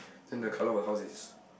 then the colour of a house is